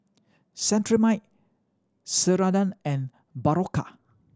Cetrimide Ceradan and Berocca